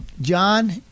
John